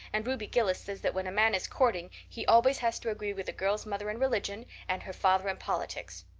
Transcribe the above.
and ruby gillis says that when a man is courting he always has to agree with the girl's mother in religion and her father in politics.